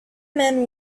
men